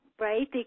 right